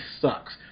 sucks